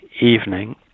evening